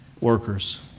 workers